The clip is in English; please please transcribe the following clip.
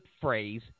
phrase